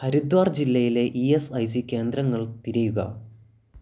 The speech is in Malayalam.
ഹരിദ്വാർ ജില്ലയിലെ ഇ സ് ഐ സി കേന്ദ്രങ്ങൾ തിരയുക